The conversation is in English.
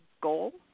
goal